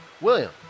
William